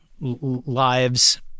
lives